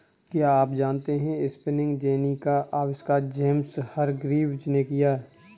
क्या आप जानते है स्पिनिंग जेनी का आविष्कार जेम्स हरग्रीव्ज ने किया?